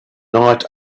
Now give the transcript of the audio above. night